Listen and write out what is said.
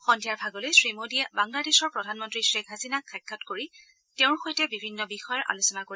সন্ধিয়াৰ ভাগলৈ শ্ৰীমোডীয়ে বাংলাদেশৰ প্ৰধানমন্ত্ৰী গ্ৰেইখ হাছিনাক সাক্ষাৎ কৰি তেওঁৰ সৈতে বিভিন্ন বিষয়ৰ আলোচনা কৰিব